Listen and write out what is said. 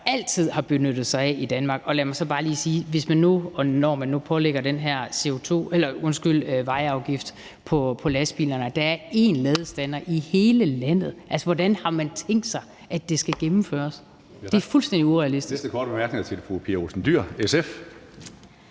altid har benyttet sig af i Danmark. Lad mig så også bare lige sige, når man nu lægger den her vejafgift på lastbilerne, at der er én ladestander i hele landet. Altså, hvordan har man tænkt sig at det skal gennemføres? Det er fuldstændig urealistisk.